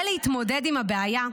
כדי להתמודד עם הבעיה,